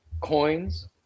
coins